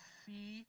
see